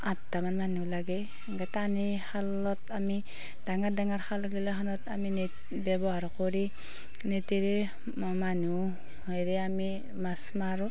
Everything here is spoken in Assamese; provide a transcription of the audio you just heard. আঠটামান মানুহ লাগে এনেকৈ টানি শালত আমি ডাঙৰ ডাঙৰ শালগিলাখনত আমি নেট ব্যৱহাৰ কৰি নেটেৰে মানুহেৰে আমি মাছ মাৰোঁ